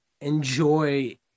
enjoy